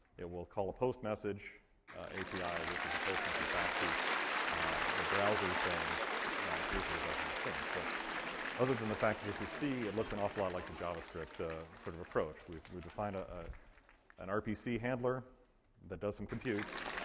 it will call a postmessage api, which is a postmessage back to the browser saying here's the result of my string. so other than the fact that this is c, it looks an awful lot like the javascript ah sort of approach. we we defined ah ah an rpc handler that does some computes,